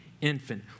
infant